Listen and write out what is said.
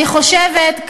אני חושבת,